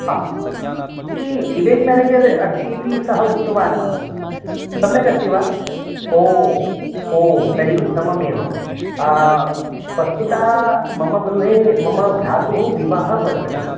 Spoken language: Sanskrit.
हा ई इवेण्ट् मेनेजर् अस्तीति सः उक्तवान् मां सम्यगस्ति वा ओ ओ तर्हि उत्तममेव वस्तुतः मम गृहे मम भ्रातुः विवाहः वर्तते